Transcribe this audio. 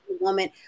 woman